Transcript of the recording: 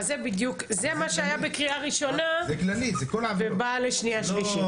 זה מה שהיה בקריאה ראשונה ובא לשנייה ושלישית.